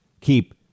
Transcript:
keep